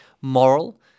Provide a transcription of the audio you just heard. ...moral